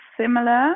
similar